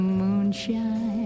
moonshine